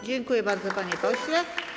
Dziękuję bardzo, panie pośle.